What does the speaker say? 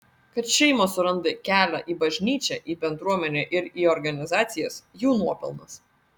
kad šeimos suranda kelią į bažnyčią į bendruomenę ir į organizacijas jų nuopelnas